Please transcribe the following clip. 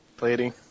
Lady